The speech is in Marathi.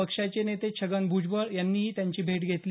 पक्षाचे नेते छगन भुजबळ यांनीही त्यांची भेट घेतली